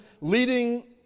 leading